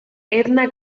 edna